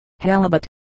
halibut